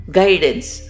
guidance